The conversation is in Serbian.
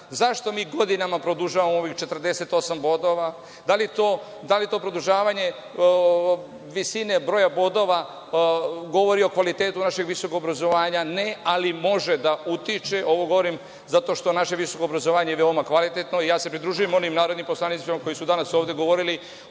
Zašto mi godinama produžavamo ovih 48 bodova, da li to produžavanje visine broja bodova govori o kvalitetu našeg visokog obrazovanja, ne, ali može da utiče. Ovo govorim zato što je naše visoko obrazovanje veoma kvalitetno i ja se pridružujem onim narodnim poslanicima koji su danas ovde govorili